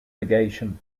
negation